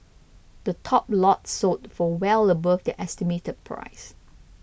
the top lots sold for well above their estimated price